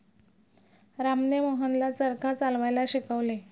रामने मोहनला चरखा चालवायला शिकवले